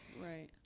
right